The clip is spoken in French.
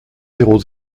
zéro